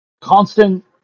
constant